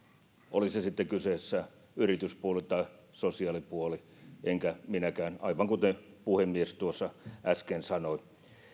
oli sitten kyseessä yrityspuoli tai sosiaalipuoli enkä minäkään aivan kuten puhemies tuossa äsken sanoi